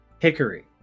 Hickory